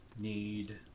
need